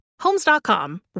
Homes.com